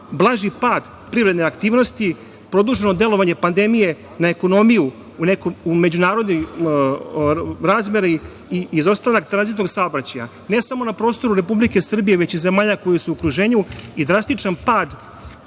blaži pad privredne aktivnosti, produženo delovanje pandemije na ekonomiju u međunarodnoj razmeri i izostanak tranzitnog saobraćaja, ne samo na prostoru Republike Srbije, već i zemalja koje su u okruženju i drastičan pad